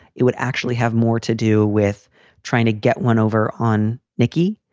it would actually have more to do with trying to get one over on nikki,